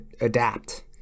adapt